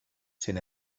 sin